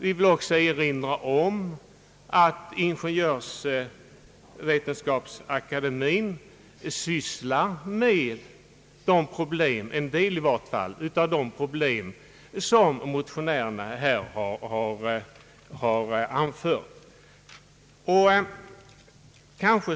Vi vill vidare erinra om att Ingeniörsvetenskapsakademien sysslar med i varje fall en del av de problem, som motionärerna har berört.